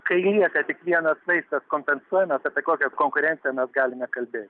kai lieka tik vienas vaistas kompensuojamas apie kokią konkurenciją mes galime kalbėti